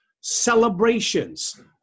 celebrations